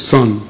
Son